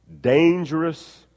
dangerous